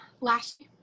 last